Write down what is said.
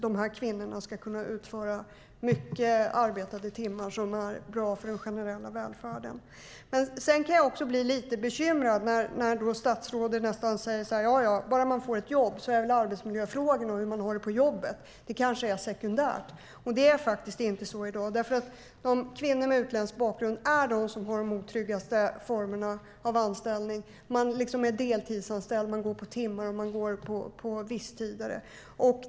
Dessa kvinnor skulle kunna utföra många arbetade timmar, vilket vore bra för den generella välfärden. Jag blir bekymrad när statsrådet nästan säger att arbetsmiljöfrågorna och hur man har det på jobbet är sekundärt. Det är det inte. Kvinnor med utländsk bakgrund har de otryggaste formerna av anställning. De är deltidsanställda, visstidsanställda och går på timmar.